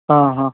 हां हां